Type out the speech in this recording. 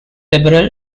liberal